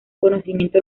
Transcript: conocimiento